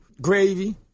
gravy